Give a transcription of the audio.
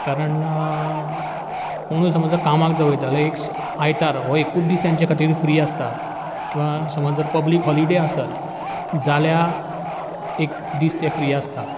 कारण कोणूय समज ज कामाक ज वयता आल्या एक स् आयतार हो एकूच दीस तेंचे खातीर फ्री आसता किंवां समज जर पब्लीक हॉलिडे आसत जाल्यार एक दीस ते फ्री आसता